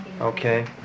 Okay